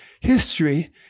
history